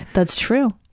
that's true,